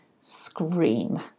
scream